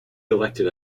elected